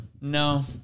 No